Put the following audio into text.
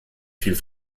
viel